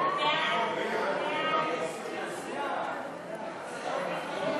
סעיפים 1 2 נתקבלו.